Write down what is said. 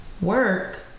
work